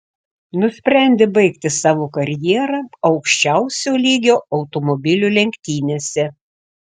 nusprendė baigti savo karjerą aukščiausio lygio automobilių lenktynėse